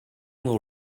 will